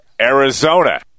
Arizona